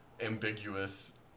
ambiguous